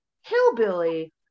hillbilly